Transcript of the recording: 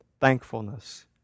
thankfulness